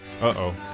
Uh-oh